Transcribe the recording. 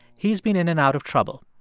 he's been in and out of trouble.